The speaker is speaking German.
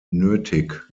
nötig